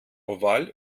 oval